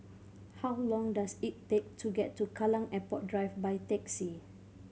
how long does it take to get to Kallang Airport Drive by taxi